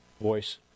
voice